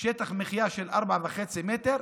שטח מחיה של 4.5 מטר,